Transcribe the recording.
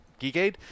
Geekade